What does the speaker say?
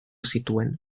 zituen